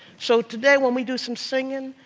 so today, when we do some singing,